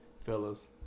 Fellas